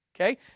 Okay